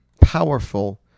powerful